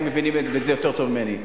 אתם מבינים בזה יותר טוב ממני.